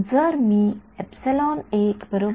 R 0 बरोबर